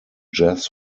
jazz